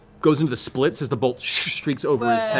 goes into the splits as the bolt streaks over